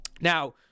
Now